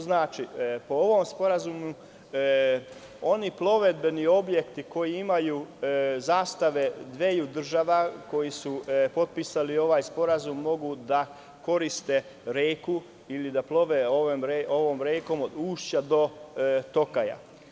Znači, po ovom sporazumu oni plovidbeni objekti koji imaju zastave dveju država koje su potpisale ovaj sporazum mogu da koriste reku ili da plove ovom rekom, od ušća do toka.